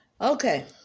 Okay